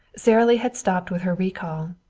sara lee had stopped with her recall,